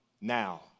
now